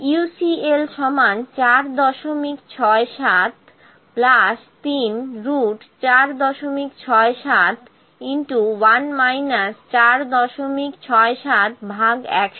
UCL 46734671 4671001100 এবং এখন আমি এই মানগুলো আঁকার চেষ্টা করব